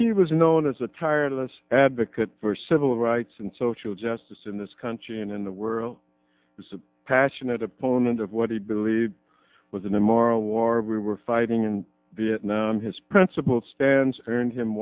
he was known as a tireless advocate for civil rights and social justice in this country and in the world is a passionate opponent of what he believed was an immoral war we were fighting in vietnam his principled stance and him